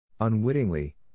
Unwittingly